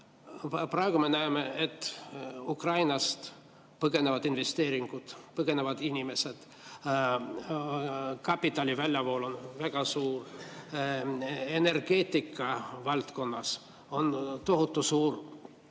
Praegu me näeme, et Ukrainast põgenevad investeeringud, põgenevad inimesed. Kapitali väljavool on väga suur. Energeetika valdkonnas on tohutu suur